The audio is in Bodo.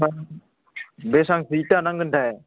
बेसेबांसो इथा नांगोनथाय